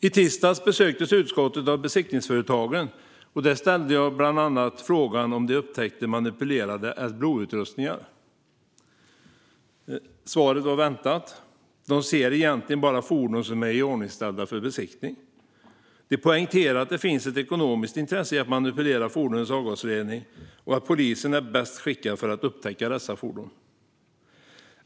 I tisdags besöktes utskottet av besiktningsföretagen, och då ställde jag bland annat frågan om de upptäcker manipulerade Adblue-utrustningar. Svaret var väntat - de ser egentligen bara fordon som är iordningställda för besiktning. De poängterade att det finns ett ekonomiskt intresse i att manipulera fordonens avgasrening och att polisen är bäst skickad att upptäcka dessa fordon.